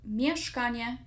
mieszkanie